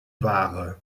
ware